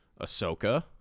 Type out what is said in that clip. Ahsoka